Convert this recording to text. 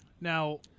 Now